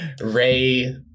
Ray